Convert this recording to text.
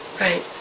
Right